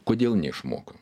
kodėl neišmoko